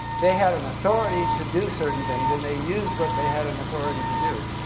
they had an authority to do certain things and they used what they had an authority to do